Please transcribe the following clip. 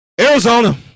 Arizona